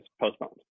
postponed